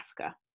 Africa